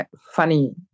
funny